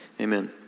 amen